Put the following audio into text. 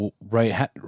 right